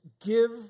give